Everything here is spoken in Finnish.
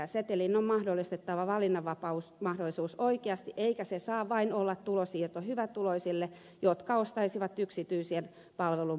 setelin on mahdollistettava valinnanvapausmahdollisuus oikeasti eikä se saa olla vain tulonsiirto hyvätuloisille jotka ostaisivat yksityisiä palveluita muutenkin